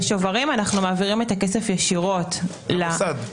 בשוברים אנחנו מעבירים את הכסף ישירות -- למוסד.